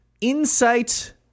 Insight